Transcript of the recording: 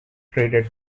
traded